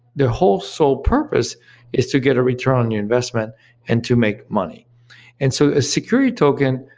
the whole sole purpose is to get a return on your investment and to make money and so a security token,